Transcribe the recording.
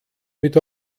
mit